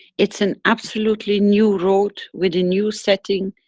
it's an absolutely new road, with a new setting,